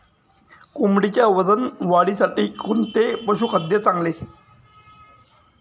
कोंबडीच्या वजन वाढीसाठी कोणते पशुखाद्य चांगले?